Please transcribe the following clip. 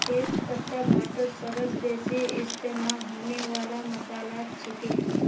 तेज पत्ता भारतत सबस बेसी इस्तमा होने वाला मसालात छिके